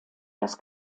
das